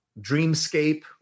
Dreamscape